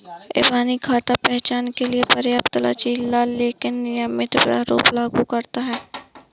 इबानी खाता पहचान के लिए पर्याप्त लचीला लेकिन नियमित प्रारूप लागू करता है